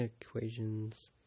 equations